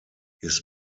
his